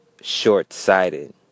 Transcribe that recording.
short-sighted